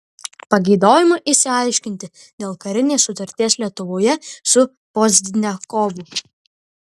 pageidaujama išsiaiškinti dėl karinės sutarties lietuvoje su pozdniakovu